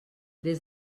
des